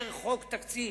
אין מציאות לאשר חוק תקציב